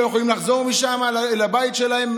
לא יכולים לחזור משם לבית שלהם,